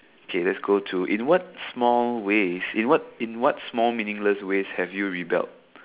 kay let's go to in what small ways in what small meaningless ways have you rebelled